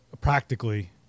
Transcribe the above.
practically